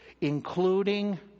including